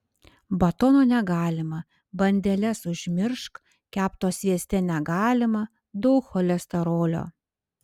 batono negalima bandeles užmiršk kepto svieste negalima daug cholesterolio